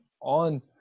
on